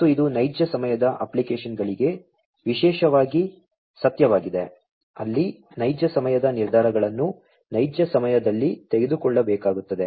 ಮತ್ತು ಇದು ನೈಜ ಸಮಯದ ಅಪ್ಲಿಕೇಶನ್ಗಳಿಗೆ ವಿಶೇಷವಾಗಿ ಸತ್ಯವಾಗಿದೆ ಅಲ್ಲಿ ನೈಜ ಸಮಯದ ನಿರ್ಧಾರಗಳನ್ನು ನೈಜ ಸಮಯದಲ್ಲಿ ತೆಗೆದುಕೊಳ್ಳಬೇಕಾಗುತ್ತದೆ